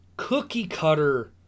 cookie-cutter